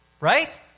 Right